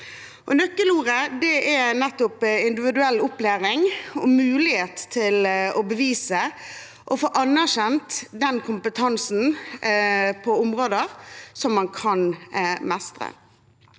Nøkkelordet er nettopp individuell opplæring og mulighet til å bevise og få anerkjent sin kompetanse på områder man kan mestre.